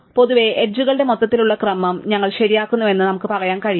അതിനാൽ പൊതുവേ എഡ്ജുകളുടെ മൊത്തത്തിലുള്ള ക്രമം ഞങ്ങൾ ശരിയാക്കുന്നുവെന്ന് നമുക്ക് പറയാൻ കഴിയും